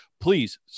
Please